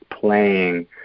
playing